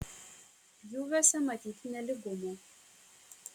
pjūviuose matyti nelygumų